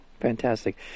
fantastic